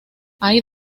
hay